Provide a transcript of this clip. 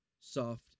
soft